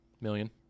million